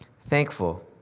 thankful